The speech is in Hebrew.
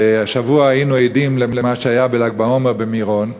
השבוע היינו עדים למה שהיה בל"ג בעומר במירון.